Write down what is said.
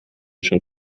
schon